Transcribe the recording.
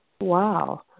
Wow